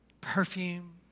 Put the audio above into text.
Perfume